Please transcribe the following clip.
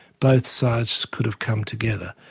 both sides could have come together.